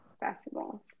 basketball